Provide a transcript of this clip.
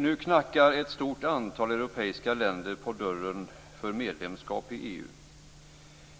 Nu knackar ett stort antal europeiska länder på dörren för medlemskap i EU.